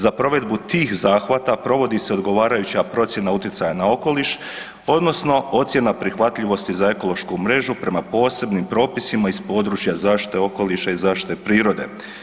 Za provedbu tih zahvata provodi se odgovarajuća procjena utjecaja na okoliš odnosno ocjena prihvatljivosti za ekološku mrežu prema posebnim propisima iz područja zaštite okoliša i zaštite prirode.